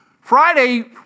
Friday